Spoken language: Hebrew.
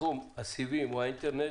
בתחום הסיבים או האינטרנט